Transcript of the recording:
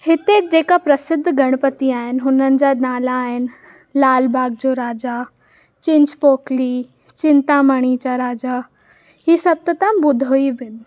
हिते जेका प्रसिद्ध गणपती आहिनि हुननि जा नाला आहिनि लाल बाॻ जो राजा चिंचपोकली चिंतामणी चा राजा ई सभु त तव्हां ॿुधो ई हुओ